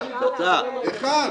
אחד.